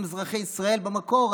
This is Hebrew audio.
הם אזרחי ישראל במקור,